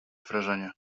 wrażenie